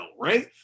right